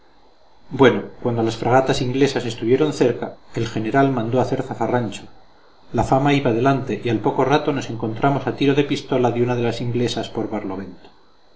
bueno cuando las fragatas inglesas estuvieron cerca el general mandó hacer zafarrancho la fama iba delante y al poco rato nos encontramos a tiro de pistola de una de las inglesas por barlovento